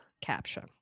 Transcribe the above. caption